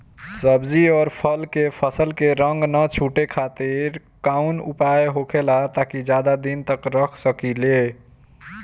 सब्जी और फल के फसल के रंग न छुटे खातिर काउन उपाय होखेला ताकि ज्यादा दिन तक रख सकिले?